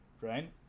right